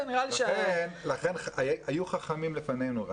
לכן היו חכמים לפנינו.